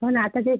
हो ना आता तेच